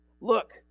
Look